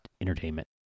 entertainment